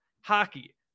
hockey